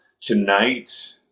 Tonight